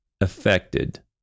affected